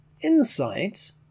Insight